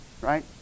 right